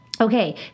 Okay